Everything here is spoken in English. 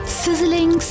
sizzling